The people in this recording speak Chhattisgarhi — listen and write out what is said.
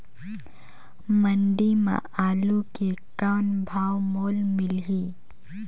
मंडी म आलू के कौन भाव मोल मिलही?